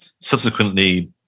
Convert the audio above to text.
subsequently